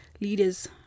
leaders